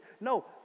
no